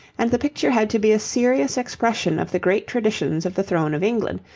and the picture had to be a serious expression of the great traditions of the throne of england,